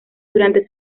durante